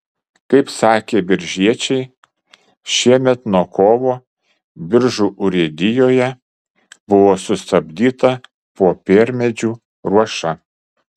kaip sakė biržiečiai šiemet nuo kovo biržų urėdijoje buvo sustabdyta popiermedžių ruoša